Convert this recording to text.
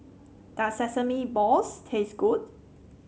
does Sesame Balls taste good